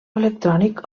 electrònic